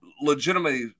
legitimately